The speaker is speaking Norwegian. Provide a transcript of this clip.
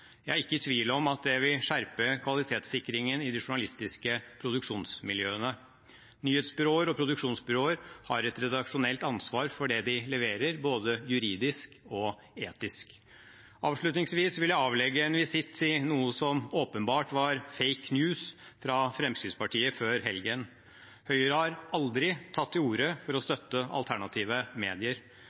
Jeg er ikke i tvil om at det vil skjerpe kvalitetssikringen i de journalistiske produksjonsmiljøene. Nyhetsbyråer og produksjonsbyråer har et redaksjonelt ansvar for det de leverer, både juridisk og etisk. Avslutningsvis vil jeg avlegge en visitt til noe som åpenbart var «fake news» fra Fremskrittspartiet før helgen. Høyre har aldri tatt til orde for å støtte alternative medier.